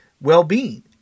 well-being